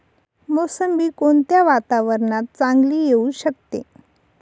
मोसंबी कोणत्या वातावरणात चांगली येऊ शकते?